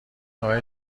نوع